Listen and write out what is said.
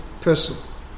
personal